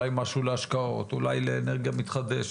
אולי משהו להשקעות, אולי לאנרגיה מתחדשת.